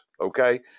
okay